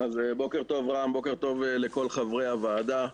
בוקר טוב רם, בוקר טוב לכל חברי הוועדה.